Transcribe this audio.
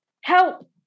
Help